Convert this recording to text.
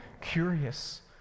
curious